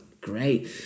great